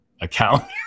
account